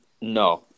No